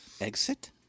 Exit